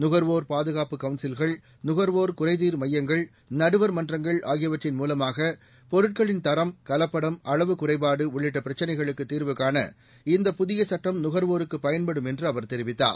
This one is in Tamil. நுகர்வோர் பாதுகாப்பு கவுன்சில்கள் நுகர்வோர் குறைதீர் மையங்கள் நடுவர் மன்றங்கள் ஆகியவற்றின் மூலமாக பொருட்களின் தரம் கலப்படம் அளவு குறைபாடு உள்ளிட்ட பிரச்சினைகளுக்கு தீர்வு காண இந்தப் புதிய சட்டம் நுகர்வோருக்குப் பயன்படும் என்று அவர் தெரிவித்தார்